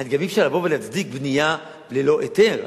גם אי-אפשר לבוא ולהצדיק בנייה ללא היתר.